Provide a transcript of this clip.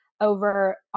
over